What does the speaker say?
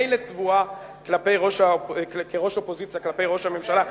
מילא צבועה כראש אופוזיציה כלפי ראש הממשלה,